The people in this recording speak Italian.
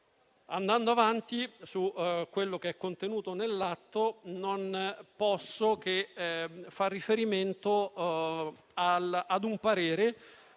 Andando avanti su quanto contenuto nell'atto, non posso che far riferimento a un parere